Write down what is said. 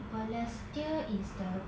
balestier is the